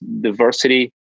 diversity